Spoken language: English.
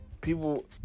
people